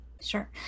Sure